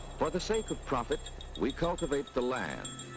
for the sake of profit we cultivate the land.